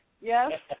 Yes